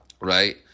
right